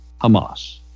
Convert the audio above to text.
Hamas